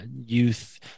youth